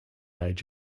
age